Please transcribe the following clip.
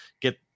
get